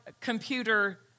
computer